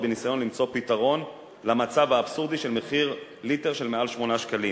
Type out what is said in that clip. בניסיון למצוא פתרון למצב האבסורדי של מחיר ליטר של מעל 8 שקלים,